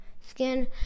skin